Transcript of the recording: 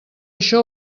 això